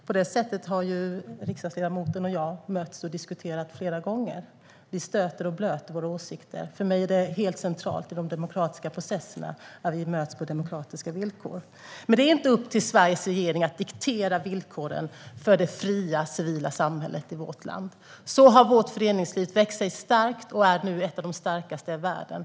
På det sättet har riksdagsledamoten och jag mötts och diskuterat flera gånger. Vi stöter och blöter våra åsikter. För mig är det helt centralt i de demokratiska processerna att vi möts på demokratiska villkor. Men det är inte upp till Sveriges regering att diktera villkoren för det fria civila samhället i vårt land. På detta sätt har vårt föreningsliv fått växa sig starkt och är nu ett av de starkaste i världen.